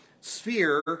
sphere